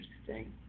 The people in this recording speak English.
interesting